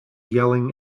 yelling